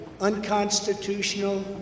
unconstitutional